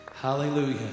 Hallelujah